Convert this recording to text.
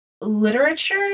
literature